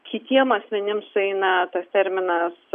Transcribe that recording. kitiem asmenims sueina tas terminas